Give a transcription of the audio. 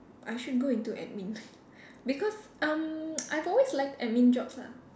I should go into admin because um I've always liked admin jobs lah